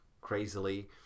crazily